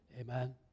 Amen